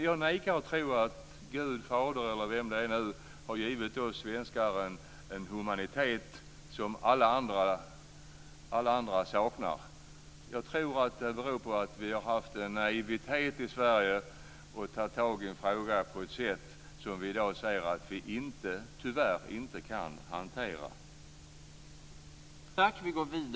Jag vägrar att tro att Gud fader, eller vem det nu är, har gett oss svenskar en humanitet som alla andra saknar. Jag tror att det beror på att det har funnits en naivitet i Sverige när det gäller att ta tag i en fråga som vi i dag ser att vi tyvärr inte kan hantera.